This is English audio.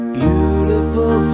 beautiful